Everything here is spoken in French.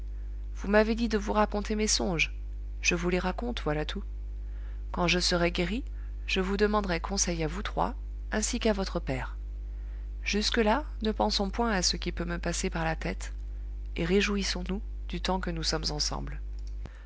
vous m'avez dit de vous raconter mes songes je vous les raconte voilà tout quand je serai guéri je vous demanderai conseil à vous trois ainsi qu'à votre père jusque-là ne pensons point à ce qui peut me passer par la tête et réjouissons-nous du temps que nous sommes ensemble